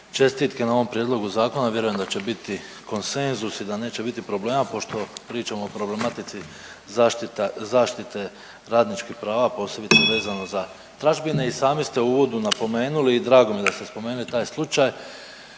Čestitke na ovom Prijedlogu zakona, vjerujem da će biti konsenzus i da neće problema pošto pričamo o problematici zaštite radničkih prava, posebice vezano za tražbine i sami ste u uvodu napomenuli i drago mi je da ste spomenuli taj slučaj